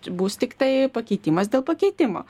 bus tiktai pakeitimas dėl pakeitimo